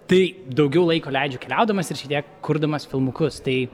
tai daugiau laiko leidžiu keliaudamas ir šitiek kurdamas filmukus tai